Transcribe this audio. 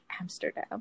Amsterdam